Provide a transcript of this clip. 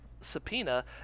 subpoena